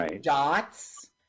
dots